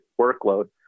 workload